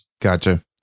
Gotcha